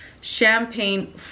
Champagne